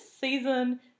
season